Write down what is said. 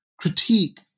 critique